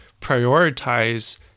prioritize